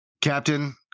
Captain